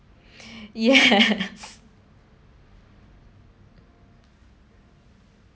ya